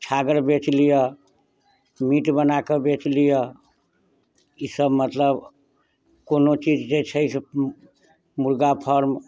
छागर बेच लिअ मीट बनाकऽ बेच लिअ ईसब मतलब कोनो चीज जे छै मुर्गा फार्म